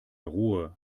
ruhe